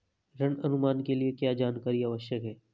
ऋण अनुमान के लिए क्या जानकारी आवश्यक है?